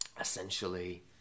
Essentially